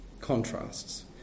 Contrasts